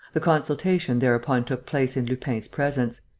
the consultation thereupon took place in lupin's presence.